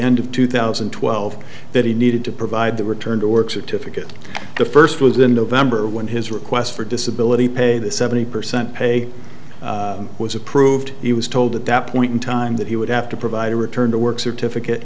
end of two thousand and twelve that he needed to provide the return to work certificate the first was in november when his request for disability pay the seventy percent pay was approved he was told at that point in time that he would have to provide a return to work certificate